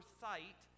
sight